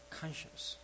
conscience